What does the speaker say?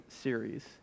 series